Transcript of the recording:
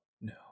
no